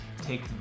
take